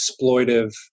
exploitive